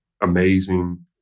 amazing